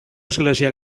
església